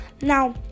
Now